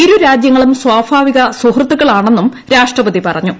ഇരു രാജ്യങ്ങളും സ്വാഭാവിക സുഹൃത്തുക്കുളാണെന്നും രാഷ്ട്രപതി പറഞ്ഞു